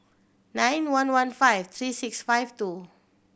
nine one one five three six five two